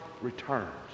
returns